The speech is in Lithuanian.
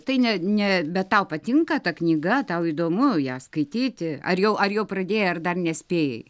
tai ne ne bet tau patinka ta knyga tau įdomu ją skaityti ar jau ar jau pradėjai ar dar nespėjai